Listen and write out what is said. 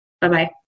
Bye-bye